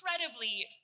incredibly